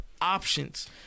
options